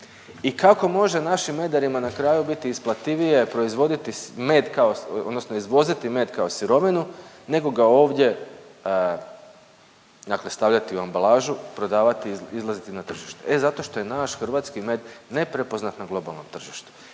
I kako može našim medarima na kraju biti isplativije proizvoditi med kao, odnosno izvoziti med kao sirovinu nego ga ovdje dakle stavljati u ambalažu, prodavati i izlaziti na tržište. E zato što je naš hrvatski med neprepoznat na globalnom tržištu.